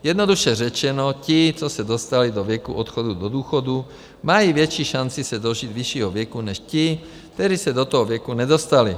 Jednoduše řečeno, ti, co se dostali do věku odchodu do důchodu, mají větší šanci se dožít vyššího věku než ti, kteří se do toho věku nedostali.